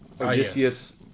Odysseus